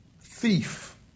thief